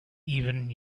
even